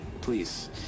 Please